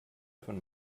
von